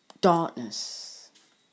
darkness